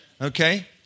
okay